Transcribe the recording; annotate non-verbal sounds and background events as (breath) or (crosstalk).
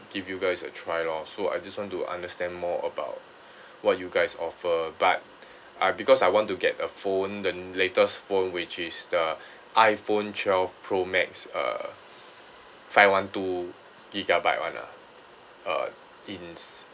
give you guys a try lor so I just want to understand more about (breath) what you guys offer but (breath) uh because I want to get a phone the latest phone which is the iphone twelve pro max uh five one two gigabyte one ah uh in